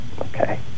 Okay